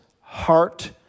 heart